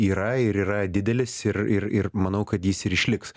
yra ir yra didelis ir ir ir manau kad jis ir išliks